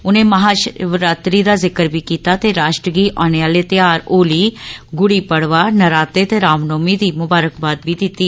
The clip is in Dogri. उनें महाशिवरात्री दा जिक्र बी कीता ते राष्ट्र गी औने आले त्याहार होली गुड़ी पड़वा नराते ते रामनौमी दी ममारखबाद बी दित्ती